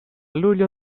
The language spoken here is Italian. luglio